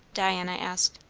diana asked.